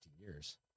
years